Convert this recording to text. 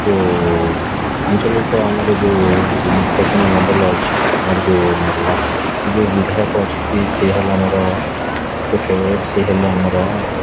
ଯେଉଁ ଆଞ୍ଚଳିକ ଆମର ଯେଉଁ ନିସ୍ପସନ ମଣ୍ଡଳ ଅଛି ଆମର ଯେଉଁ ନର୍ଲା ସେ ଯେଉଁ ବିଧାୟକ ଅଛନ୍ତି ସେ ହେଲେ ଆମର ସେ ହେଲେ ଆମର